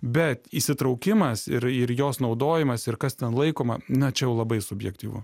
bet įsitraukimas ir ir jos naudojimas ir kas ten laikoma na čia jau labai subjektyvu